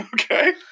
Okay